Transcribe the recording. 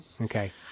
okay